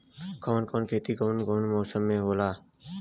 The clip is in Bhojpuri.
कवन कवन खेती कउने कउने मौसम में होखेला?